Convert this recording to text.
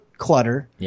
clutter